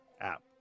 app